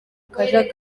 kajagari